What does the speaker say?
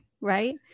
right